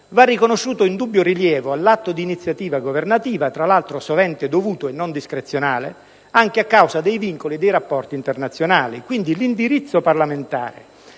va riconosciuto indubbio rilievo all'atto di iniziativa governativa, tra l'altro sovente dovuto e non discrezionale, anche a causa dei vincoli dei rapporti internazionali. Quindi, l'indirizzo parlamentare